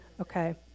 Okay